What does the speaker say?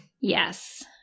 Yes